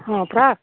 ହଁ ପରା